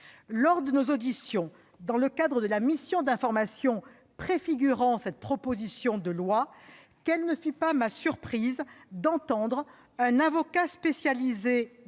Lors de nos auditions dans le cadre de la mission d'information préfigurant cette proposition de loi, quelle ne fut pas ma surprise d'entendre un avocat spécialisé